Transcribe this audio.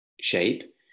shape